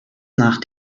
nach